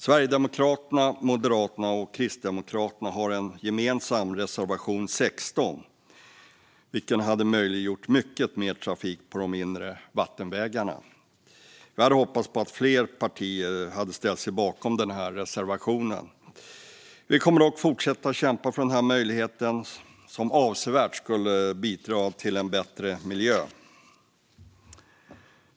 Sverigedemokraterna, Moderaterna och Kristdemokraterna har en gemensam reservation 16, vilken hade möjliggjort mycket mer trafik på de inre vattenvägarna. Vi hade hoppats på att fler partier hade ställt sig bakom den reservationen. Vi kommer dock fortsätta att kämpa för den möjligheten som avsevärt skulle bidra till en bättre miljö.